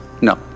no